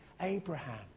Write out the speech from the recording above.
Abraham